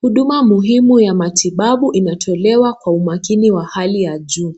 Huduma muhimu ya matibabu inatolewa kwa umakini wa hali ya juu,